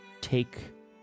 take